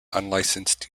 unlicensed